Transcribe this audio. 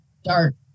start